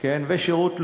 ושירות לאומי,